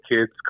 kids